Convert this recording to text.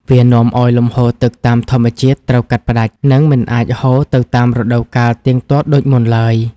វានាំឱ្យលំហូរទឹកតាមធម្មជាតិត្រូវកាត់ផ្តាច់ និងមិនអាចហូរទៅតាមរដូវកាលទៀងទាត់ដូចមុនឡើយ។